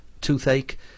toothache